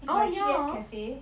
oh ya hor